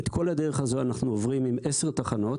את כל הדרך הזו אנחנו עוברים עם עשר תחנות,